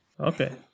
Okay